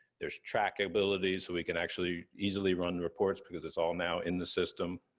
there's track ability, so we can actually easily run reports, because it's all now in the system.